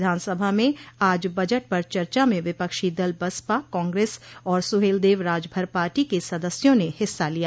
विधानसभा में आज बजट पर चर्चा में विपक्षी दल बसपा कांग्रेस और सुहेलदेव राजभर पार्टी के सदस्यों ने हिस्सा लिया